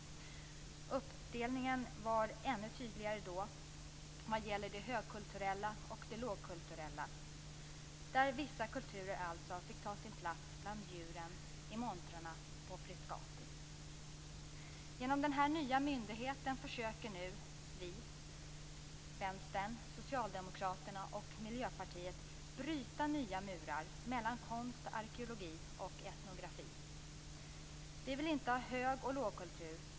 Uppdelningen var ännu tydligare då vad gäller det högkulturella och det lågkulturella, där vissa kulturer fick ta plats bland djuren i montrarna i Genom denna nya myndighet försöker nu vi i Vänstern, Socialdemokraterna och Miljöpartiet bryta nya murar mellan konst, arkeologi och etnografi. Vi vill inte ha hög och lågkultur.